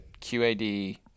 qad